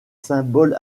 symboles